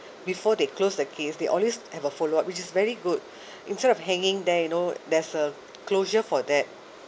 before they closed the case they always have a follow up which is very good instead of hanging there you know there's a closure for that